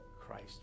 Christ